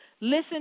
Listen